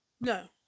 No